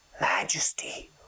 Majesty